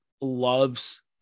loves